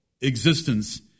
existence